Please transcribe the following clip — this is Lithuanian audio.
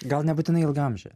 gal nebūtinai ilgaamžė